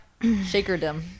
Shakerdom